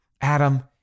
Adam